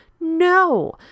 No